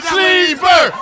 Sleeper